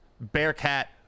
bearcat